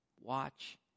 Watch